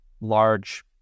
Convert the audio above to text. large